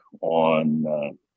on